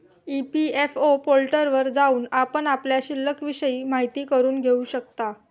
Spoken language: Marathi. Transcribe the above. ई.पी.एफ.ओ पोर्टलवर जाऊन आपण आपल्या शिल्लिकविषयी माहिती करून घेऊ शकता